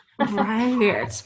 Right